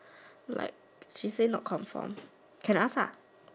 like she say not confirmed can ask ah